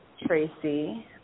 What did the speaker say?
Tracy